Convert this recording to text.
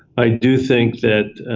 i do think that